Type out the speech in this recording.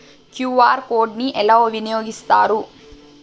QR code ని ఎలా వినియోగిస్తారు?